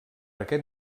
aquest